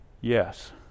yes